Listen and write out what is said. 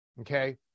Okay